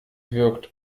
wirkt